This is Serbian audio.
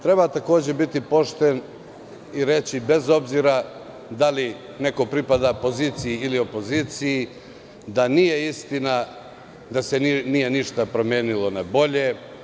Treba takođe biti pošten i reći bez obzira da li neko pripada poziciji ili opoziciji, da nije istina da se nije ništa promenilo na bolje.